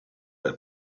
per